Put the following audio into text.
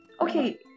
okay